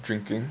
drinking